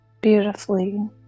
beautifully